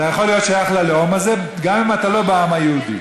אתה יכול להיות שייך ללאום הזה גם אם אתה לא בעם היהודי.